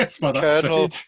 Colonel